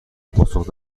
پاسخ